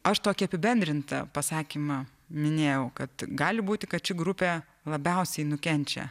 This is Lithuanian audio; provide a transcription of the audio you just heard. aš tokį apibendrintą pasakymą minėjau kad gali būti kad ši grupė labiausiai nukenčia